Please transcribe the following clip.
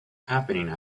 happening